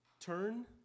Turn